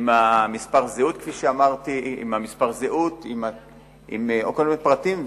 כפי שאמרתי, עם מספר תעודת הזהות וכל מיני פרטים.